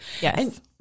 Yes